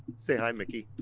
say hi miki!